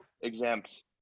exempt